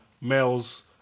males